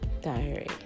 Diary